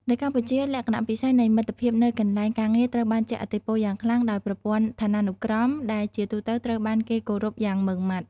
នៅកម្ពុជា លក្ខណៈពិសេសនៃមិត្តភាពនៅកន្លែងការងារត្រូវបានជះឥទ្ធិពលយ៉ាងខ្លាំងដោយប្រព័ន្ធឋានានុក្រម ដែលជាទូទៅត្រូវបានគេគោរពយ៉ាងម៉ឺងម៉ាត់។